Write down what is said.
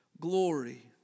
glory